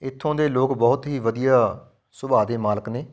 ਇੱਥੋਂ ਦੇ ਲੋਕ ਬਹੁਤ ਹੀ ਵਧੀਆ ਸੁਭਾਅ ਦੇ ਮਾਲਕ ਨੇ